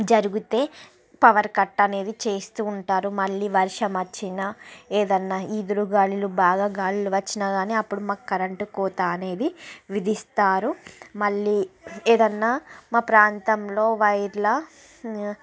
జరుగుతే power cut అనేది చేస్తూ ఉంటారు మళ్లీ వర్షం వచ్చినా ఏదన్న ఈదురు గాలులు బాగా గాలులు వచ్చినా గాని అప్పుడు మాకు కరెంట్ కోత అనేది విధిస్తారు మళ్లీ ఏదన్నా మా ప్రాంతంలో వైర్ల